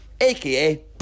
aka